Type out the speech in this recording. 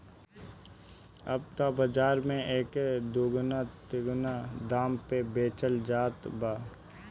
अब त बाज़ार में एके दूना तिगुना दाम पे बेचल जात बा